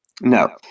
No